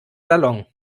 salon